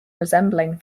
resembling